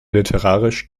literarisch